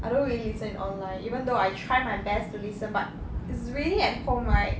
I don't really listen in online even though I try my best to listen but is really at home right